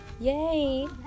Yay